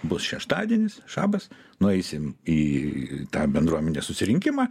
bus šeštadienis šabas nueisim į tą bendruomenės susirinkimą